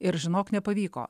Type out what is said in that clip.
ir žinok nepavyko